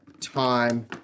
time